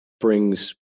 brings